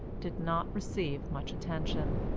did not receive much attention.